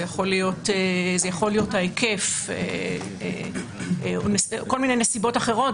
זה יכול להיות ההיקף וכול מיני נסיבות אחרות,